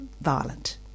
violent